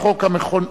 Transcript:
(תיקון,